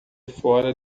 fora